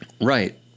Right